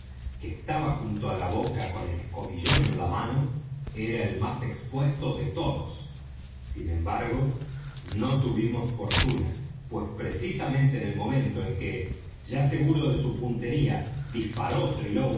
que estaba junto á la boca con el escobillón en la mano era el más expuesto de todos sin embargo no tuvimos fortuna pues precisamente en el momento en que ya seguro de su puntería disparó